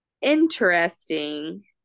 Interesting